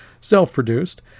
self-produced